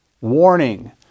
warning